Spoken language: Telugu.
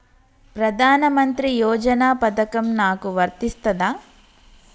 ప్రధానమంత్రి యోజన పథకం నాకు వర్తిస్తదా?